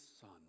son